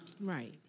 Right